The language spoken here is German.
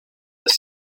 das